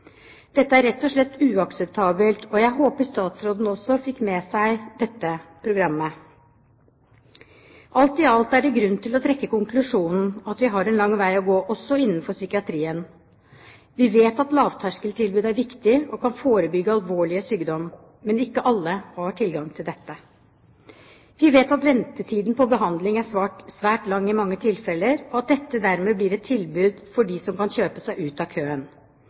Dette er rett og slett uakseptabelt, og jeg håper statsråden også fikk med seg dette programmet. Alt i alt er det grunn til å trekke konklusjonen at vi har en lang vei å gå, også innenfor psykiatrien. Vi vet at lavterskeltilbud er viktig og kan forebygge alvorligere sykdom, men ikke alle har tilgang til dette. Vi vet at ventetiden for behandling er svært lang i mange tilfeller, og at dette dermed blir et tilbud for dem som kan kjøpe seg ut av køen.